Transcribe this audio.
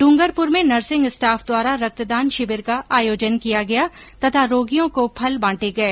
डूंगरपुर में nursing staff द्वारा रक्तदान शिविर का आयोजन किया गया तथा रोगियों को फल बांटे गए